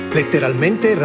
letteralmente